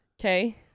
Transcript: Okay